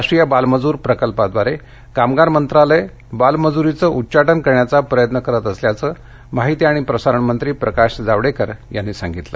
राष्ट्रीय बाल मजूर प्रकल्पाद्वारे कामगार मंत्रालय बाल मजुरीचं उच्चाटन करण्याचा प्रयत्न करत असल्याचं माहिती आणि प्रसारण मंत्री प्रकाश जावडेकर यांनी सांगितलं